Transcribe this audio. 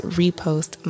repost